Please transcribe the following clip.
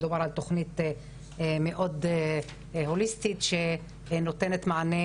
מדובר על תוכנית מאוד הוליסטית שנותנת מענה